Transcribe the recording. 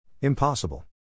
Impossible